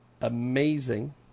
amazing